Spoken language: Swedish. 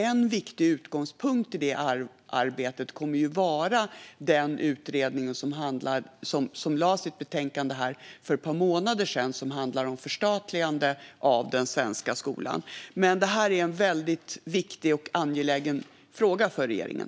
En viktig utgångspunkt i det arbetet kommer att vara den utredning som för ett par månader sedan lade fram sitt betänkande, som handlar om förstatligande av den svenska skolan. Men det här är en väldigt viktig och angelägen fråga för regeringen.